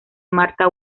martha